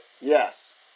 Yes